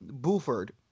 Buford